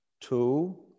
Two